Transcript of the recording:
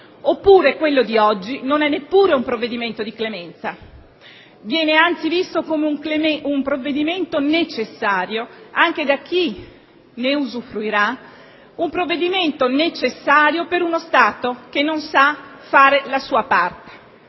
quello di oggi non è neppure un provvedimento di clemenza: viene anzi visto come un provvedimento necessario anche da chi ne usufruirà, un provvedimento necessario per uno Stato che non sa fare la sua parte.